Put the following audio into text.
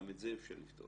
גם את זה אפשר לפתור,